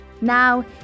Now